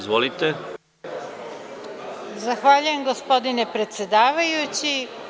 Zahvaljujem gospodine predsedavajući.